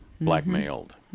blackmailed